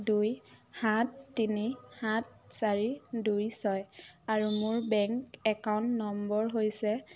দুই সাত তিনি সাত চাৰি দুই ছয় আৰু মোৰ বেংক একাউণ্ট নম্বৰ হৈছে